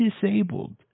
disabled